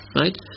right